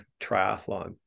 triathlon